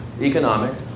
economic